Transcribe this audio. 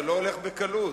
זה לא הולך בקלות,